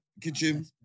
Kitchen